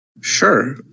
Sure